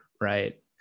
right